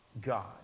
God